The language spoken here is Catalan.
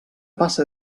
passa